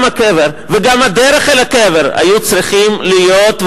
גם הקבר וגם הדרך אל הקבר היו צריכים להיות,